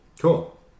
Cool